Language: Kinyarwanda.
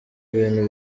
ibintu